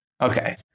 Okay